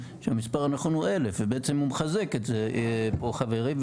שהמספר הנכון הוא 1,000 ובעצם הוא מחזק את זה פה חברי,